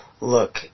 look